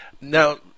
Now